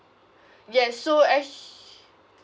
yes so act~